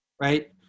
right